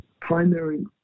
primary